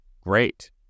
Great